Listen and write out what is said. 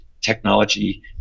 technology